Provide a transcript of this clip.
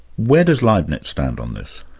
where does leibniz stand on this?